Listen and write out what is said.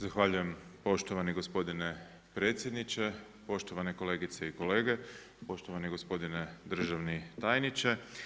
Zahvaljujem poštovani gospodine predsjedniče, poštovane kolegice i kolege, poštovani gospodine državni tajniče.